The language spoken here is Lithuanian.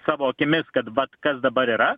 savo akimis kad vat kas dabar yra